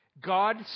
God